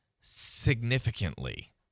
significantly